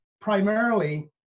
primarily